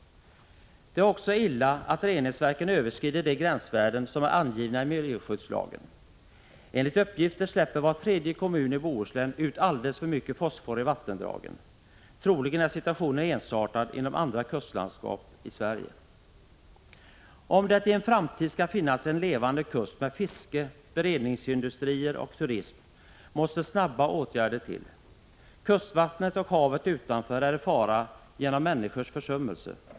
Det är också illa att reningsverken överskrider de gränsvärden som är angivna i miljöskyddslagen. Enligt uppgift släpper var tredje kommun i Bohuslän ut alldeles för mycket fosfor i vattendragen. Troligen är situationen ensartad inom andra kustlandskap i Sverige. Om det i en framtid skall finnas en levande kust med fiske, beredningsindustrier och turism, måste snabba åtgärder till. Kustvattnet och havet utanför ärifara genom människans försummelser.